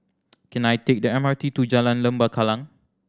can I take the M R T to Jalan Lembah Kallang